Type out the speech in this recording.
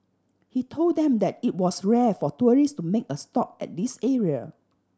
he told them that it was rare for tourist to make a stop at this area